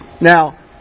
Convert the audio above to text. Now